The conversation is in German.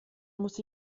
muss